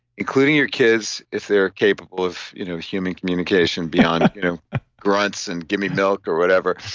including your kids if they're capable of you know human communication beyond you know grunts and give me milk or whatever,